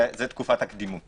זה תקופת הקדימות